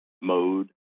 mode